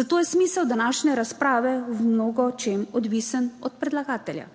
zato je smisel današnje razprave v mnogočem odvisen od predlagatelja.